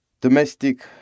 Domestic